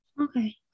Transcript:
Okay